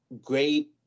great